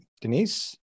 Denise